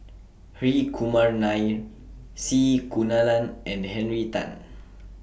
Hri Kumar Nair C Kunalan and Henry Tan